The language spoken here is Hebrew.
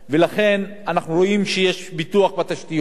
עבודה מעולה שעושה הממשלה בעניין התשתיות,